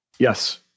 Yes